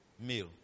meal